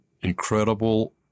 incredible